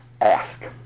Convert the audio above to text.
ask